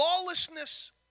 lawlessness